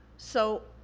so,